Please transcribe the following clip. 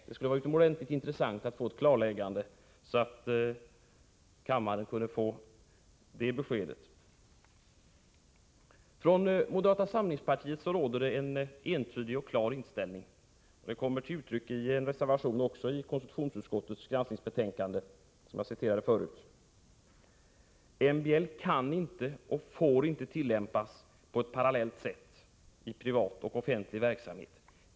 Det skulle vara utomordentligt intressant att få ett klarläggande så att kammaren vet besked på dessa punkter. Nr 22 I moderata samlingspartiet råder en entydig och klar inställning. Den Onsdagen den kommer till uttryck också i en reservation till det granskningsbetänkande 7november 1984 från konstitutionsutskottet, som jag citerade förut. MBL kan inte och får inte tillämpas på ett parallellt sätt i privat och offentlig verksamhet.